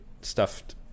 stuffed